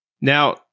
Now